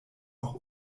auch